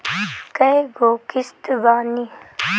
कय गो किस्त बानी?